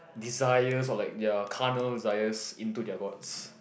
desire or like their carnal desires into their gods